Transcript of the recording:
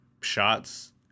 shots